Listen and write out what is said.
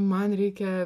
man reikia